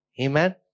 Amen